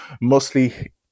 mostly